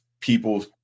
people